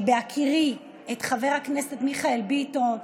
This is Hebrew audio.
בהכירי את חבר הכנסת מיכאל ביטון,